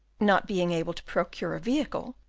not being able to procure a vehicle,